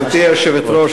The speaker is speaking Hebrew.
גברתי היושבת-ראש,